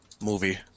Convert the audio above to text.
movie